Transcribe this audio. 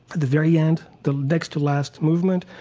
the very end, the next to last movement,